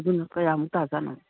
ꯑꯗꯨꯅ ꯀꯌꯥꯃꯨꯛ ꯇꯥꯖꯥꯠꯅꯣ